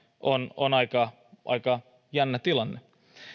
on on aika aika jännä tilanne